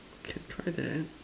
can try that